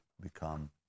become